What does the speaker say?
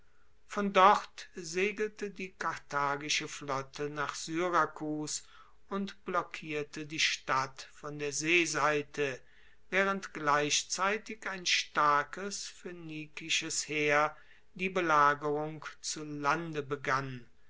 von dort segelte die karthagische flotte nach syrakus und blockierte die stadt von der seeseite waehrend gleichzeitig ein starkes phoenikisches heer die belagerung zu lande begann